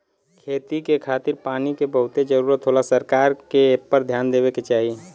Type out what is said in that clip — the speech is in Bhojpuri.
खेती के खातिर पानी के बहुते जरूरत होला सरकार के एपर ध्यान देवे के चाही